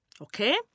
Okay